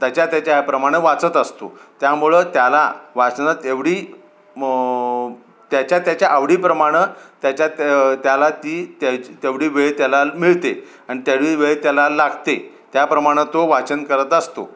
त्याच्या त्याच्या ह्याप्रमाणे वाचत असतो त्यामुळं त्याला वाचनात एवढी म त्याच्या त्याच्या आवडीप्रमाणं त्याच्या त्या त्याला ती त्यावडी वेळ त्याला मिळते अन तेवढी वेळ त्याला लागते त्याप्रमाणं तो वाचन करत असतो